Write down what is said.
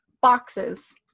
boxes